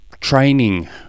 training